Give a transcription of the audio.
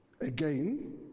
again